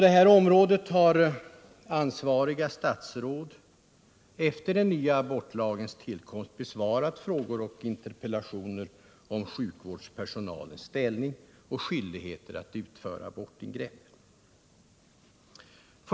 Efter den nya abortlagens tillkomst har ansvariga statsråd besvarat frågor och interpellationer om sjukvårdspersonalens skyldigheter att utföra abortingrepp.